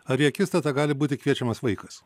ar į akistatą gali būti kviečiamas vaikas